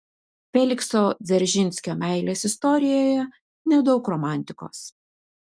felikso dzeržinskio meilės istorijoje nedaug romantikos